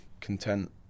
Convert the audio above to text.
content